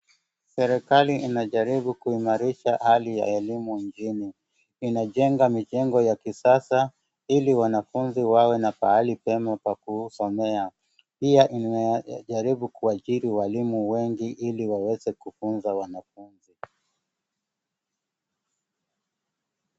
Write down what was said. Serikali inajaribu kuimarisha hali ya elimu nchini. Inajenga mijengo ya kisasa ili wanafunzi wawe na pahali pema pa kusomea. Pia imejaribu kuajiri walimu wengi ili waweze kufunza wanafunzi.